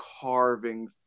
carving